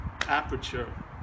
aperture